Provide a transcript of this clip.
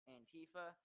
Antifa